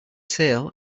sail